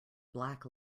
black